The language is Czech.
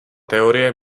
teorie